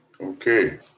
Okay